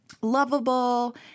lovable